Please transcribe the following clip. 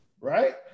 right